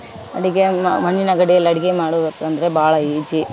ಅಡಿಗೆ ಮಣ್ಣಿನ ಗಡಿಗೆಯಲ್ಲಿ ಅಡಿಗೆ ಮಾಡೋದಕ್ಕೆ ಅಂದರೆ ಭಾಳ ಈಜಿ